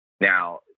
Now